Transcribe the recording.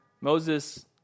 Moses